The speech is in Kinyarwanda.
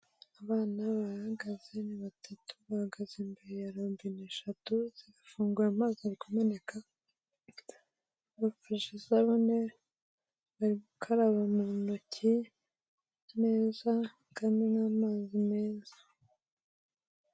Abana bahagaze ni batatu bahagaze imbere ya lobine eshatu zirafunguye amazi kumeneka, bafashe isabuneri bari gukaraba mu ntoki neza nkandi n'amazi meza.